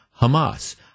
Hamas